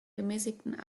gemäßigten